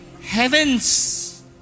Heavens